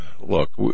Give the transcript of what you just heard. look